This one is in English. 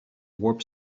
warp